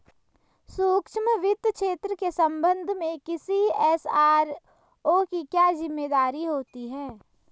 सूक्ष्म वित्त क्षेत्र के संबंध में किसी एस.आर.ओ की क्या जिम्मेदारी होती है?